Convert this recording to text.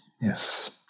Yes